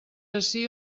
ací